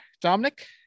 Dominic